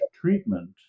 treatment